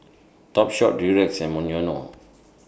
Topshop Durex and Monoyono